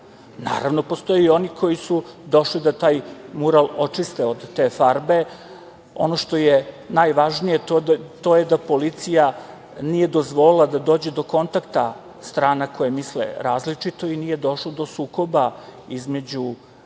Naravno, postoje i oni koji su došli da taj mural očiste od te farbe. Ono što je najvažnije to je da policija nije dozvolila da dođe do kontakta strana koje misle različito i nije došlo do sukoba između